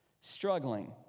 struggling